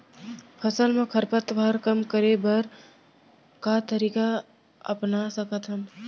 फसल मा खरपतवार कम करे बर का तरीका अपना सकत हन?